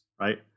right